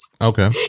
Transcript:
Okay